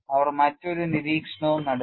അവർ മറ്റൊരു നിരീക്ഷണവും നടത്തി